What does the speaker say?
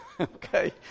Okay